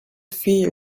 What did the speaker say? feel